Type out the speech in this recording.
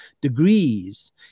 degrees